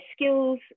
skills